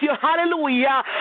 hallelujah